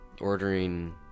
ordering